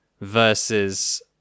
versus